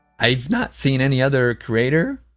i've not seen any other creator